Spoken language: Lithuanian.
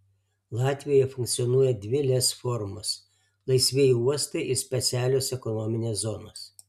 latvijoje funkcionuoja dvi lez formos laisvieji uostai ir specialios ekonominės zonos